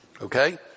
Okay